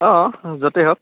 অঁ য'তেই হওক